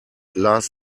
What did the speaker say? last